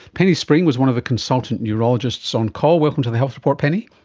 penny spring was one of the consultant neurologists on call. welcome to the health report, penny.